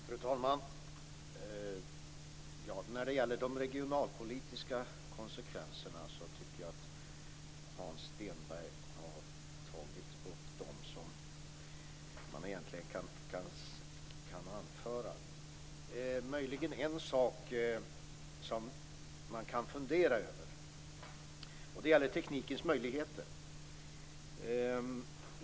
Fru talman! Jag tycker att Hans Stenberg har tagit upp de regionalpolitiska konsekvenser man egentligen kan anföra. Det är möjligen en sak som man kan fundera över. Det gäller teknikens möjligheter.